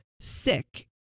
sick